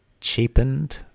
cheapened